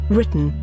Written